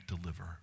deliver